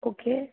okay